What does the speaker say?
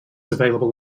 available